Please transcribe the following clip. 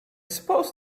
suppose